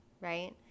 right